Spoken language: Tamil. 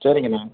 சரிங்கண்ணா